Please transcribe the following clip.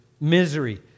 misery